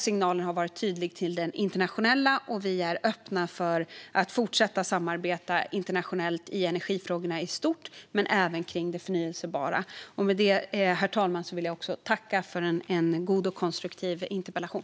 Signalen har varit tydlig: Vi är öppna för att fortsätta samarbeta internationellt i energifrågorna i stort och kring förnybar energi. Herr talman! Jag tackar för en god och konstruktiv interpellation.